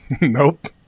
Nope